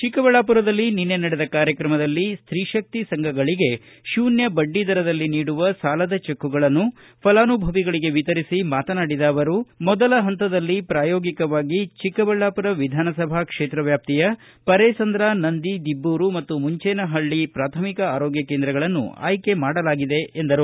ಚಿಕ್ಕಬಳ್ಳಾಪುರದಲ್ಲಿ ನಿನ್ನೆ ನಡೆದ ಕಾರ್ಯಕ್ರಮದಲ್ಲಿ ಸ್ವೀ ಶಕ್ತಿ ಸಂಘಗಳಿಗೆ ಶೂನ್ಯ ಬಡ್ಡಿದರದಲ್ಲಿ ನೀಡುವ ಸಾಲದ ಚಿಕ್ಗಳನ್ನು ಫಲಾನುಭವಿಗಳಿಗೆ ವಿತರಿಸಿ ಮಾತನಾಡಿದ ಅವರು ಮೊದಲ ಹಂತದಲ್ಲಿ ಪ್ರಾಯೋಗಿಕವಾಗಿ ಚಿಕ್ಕಬಳ್ಳಾಪುರ ವಿಧಾನಸಭಾ ಕ್ಷೇತ್ರ ವ್ವಾಪ್ತಿಯ ಪೆರೇಸಂದ್ರ ನಂದಿ ದಿಬ್ದೂರು ಮತ್ತು ಮಂಜೇನಹಳ್ಳಿ ಪ್ರಾಥಮಿಕ ಆರೋಗ್ಯ ಕೇಂದ್ರಗಳನ್ನು ಆಯ್ಕೆ ಮಾಡಲಾಗಿದೆ ಎಂದರು